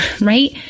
right